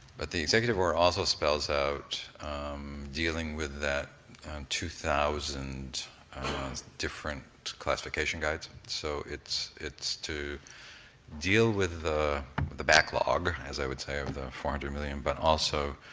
but the executive order also spells out dealing with that two thousand different classification guides. so it's it's to deal with the the backlog, as i would say, of the four hundred million, but also